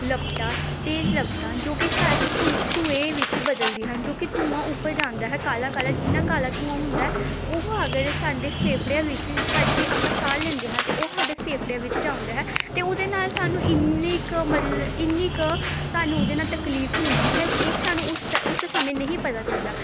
ਲਪਟਾ ਤੇਜ਼ ਲਪਟਾਂ ਜੋ ਕਿ ਸਾ ਧੂ ਧੂੰਏ ਵਿੱਚ ਬਦਲਦੀ ਹਨ ਜੋ ਕਿ ਧੂੰਆਂ ਉੱਪਰ ਜਾਂਦਾ ਹੈ ਕਾਲਾ ਕਾਲਾ ਜਿੰਨਾਂ ਕਾਲਾ ਧੂੰਆਂ ਹੁੰਦਾ ਉਹ ਅਗਰ ਸਾਡੇ ਫੇਫੜਿਆਂ ਵਿੱਚ ਸਾਡੇ ਆਪਾਂ ਸਾਹ ਲੈਂਦੇ ਹਾਂ ਅਤੇ ਉਹ ਸਾਡੇ ਫੇਫੜਿਆਂ ਵਿੱਚ ਜਾਂਦਾ ਹੈ ਅਤੇ ਉਹਦੇ ਨਾਲ ਸਾਨੂੰ ਇੰਨੀ ਕੁ ਮਤਲਬ ਇੰਨੀ ਕੁ ਸਾਨੂੰ ਉਹਦੇ ਨਾਲ ਤਕਲੀਫ ਹੁੰਦੀ ਹੈ ਇਹ ਸਾਨੂੰ ਉਸ ਟ ਉਸ ਸਮੇਂ ਨਹੀਂ ਪਤਾ ਚੱਲਦਾ